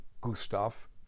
Gustav